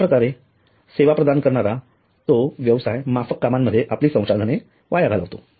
अश्याप्रकारे सेवा प्रदान करणारा तो व्यवसाय माफक कामामध्ये आपली संसाधने वाया घालवितो